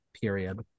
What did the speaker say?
period